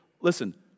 listen